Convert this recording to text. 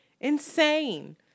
insane